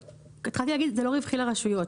התחלתי להגיד שזה לא רווחי לרשויות,